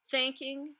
Thanking